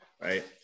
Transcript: right